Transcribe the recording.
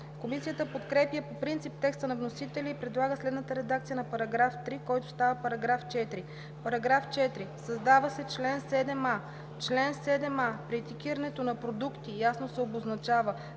Комисията подкрепя по принцип текста на вносителя и предлага следната редакция на § 3, който става § 4: „§ 4. Създава се чл. 7а: „Чл. 7а. При етикетирането на продукти ясно се обозначава